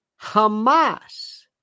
Hamas